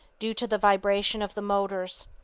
due to the vibration of the motors.